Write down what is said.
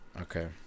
Okay